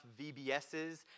VBSs